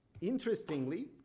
Interestingly